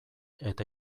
eta